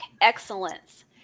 Excellence